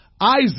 Isaac